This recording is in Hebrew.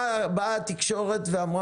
בא משרד התקשורת ואמר,